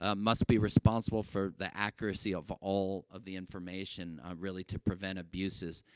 ah must be responsible for the accuracy of all of the information, ah, really, to prevent abuses.